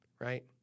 right